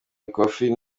ikofi